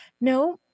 no